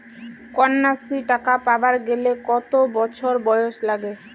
কন্যাশ্রী টাকা পাবার গেলে কতো বছর বয়স লাগে?